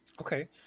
Okay